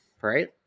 right